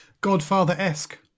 godfather-esque